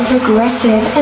Progressive